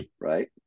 Right